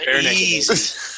Easy